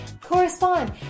correspond